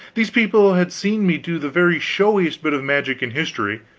these people had seen me do the very showiest bit of magic in history,